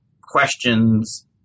questions